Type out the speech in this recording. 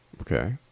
Okay